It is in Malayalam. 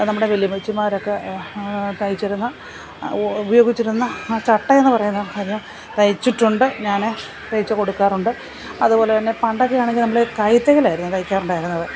നമ്മുടെ വലിയ അമ്മച്ചിമാരൊക്കെ തയ്ച്ചിരുന്ന ഉപയോഗിച്ചിരുന്ന ആ ചട്ട എന്ന് പറയുന്ന കാര്യം തയ്ച്ചിട്ടുണ്ട് ഞാൻ തയ്ച്ച് കൊടുക്കാറുണ്ട് അതുപോലെ തന്നെ പണ്ടൊക്കെ ആണെങ്കിൽ നമ്മൾ കൈ തയ്യലായിരുന്നു തയ്ക്കാറുണ്ടായിരുന്നത്